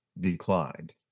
declined